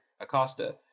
Acosta